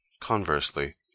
Conversely